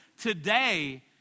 Today